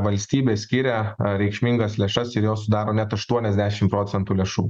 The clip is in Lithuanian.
valstybė skiria reikšmingas lėšas ir jos sudaro net aštuoniasdešimt procentų lėšų